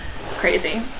crazy